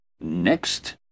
Next